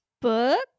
Book